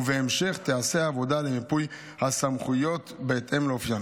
ובהמשך תיעשה עבודה למיפוי הסמכויות בהתאם לאופיין.